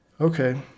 Okay